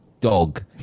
dog